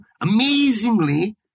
amazingly